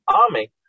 Army